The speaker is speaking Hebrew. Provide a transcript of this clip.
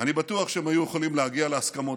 אני בטוח שהם היו יכולים להגיע להסכמות.